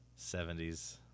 70s